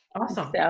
Awesome